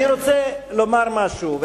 אני רוצה לומר משהו,